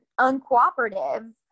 uncooperative